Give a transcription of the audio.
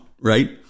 right